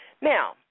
Now